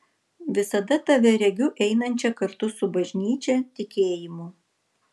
visada tave regiu einančią kartu su bažnyčia tikėjimu